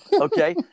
Okay